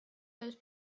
those